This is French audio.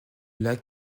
lac